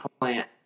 plant